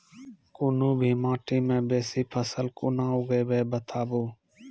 कूनू भी माटि मे बेसी फसल कूना उगैबै, बताबू?